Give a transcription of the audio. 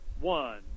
one